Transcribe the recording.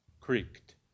Creaked